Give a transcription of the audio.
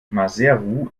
maseru